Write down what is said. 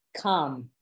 come